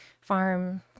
farm